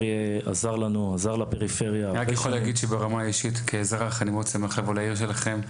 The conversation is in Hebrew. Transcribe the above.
אני רק יכול להגיד שברמה אישית כאזרח אני מאוד שמח לבוא לעיר שלכם,